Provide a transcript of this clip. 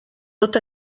tot